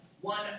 one